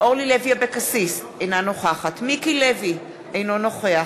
אורלי לוי אבקסיס, אינה נוכחת מיקי לוי, אינו נוכח